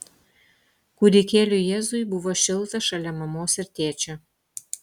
kūdikėliui jėzui buvo šilta šalia mamos ir tėčio